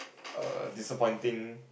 err disappointing